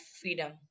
Freedom